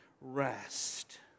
rest